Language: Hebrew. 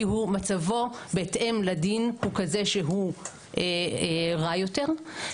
כי הוא מצבו בהתאם לדין הוא כזה שהוא רע יותר.